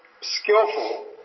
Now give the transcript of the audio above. skillful